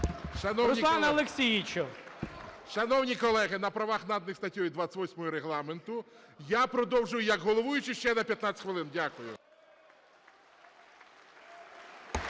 ГОЛОВУЮЧИЙ. Шановні колеги, на правах, наданих статтею 28 Регламенту, я продовжую як головуючий ще на 15 хвилин. Дякую.